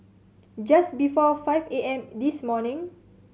just before five A M this morning